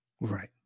Right